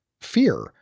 fear